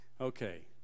Okay